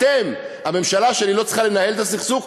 אתם, הממשלה שלי, לא צריכה לנהל את הסכסוך.